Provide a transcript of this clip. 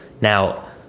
Now